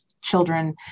children